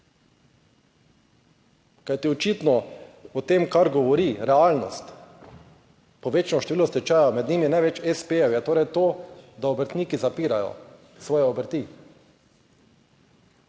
Kajti očitno o tem, kar govori realnost, povečano število stečajev, med njimi največ s. p.-jev, je torej to, da obrtniki zapirajo svoje obrti.